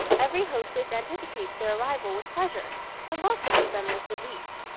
every hostess anticipates their arrival with pleasure and welcomes them with relief.